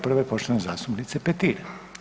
Prva je poštovana zastupnica Petir.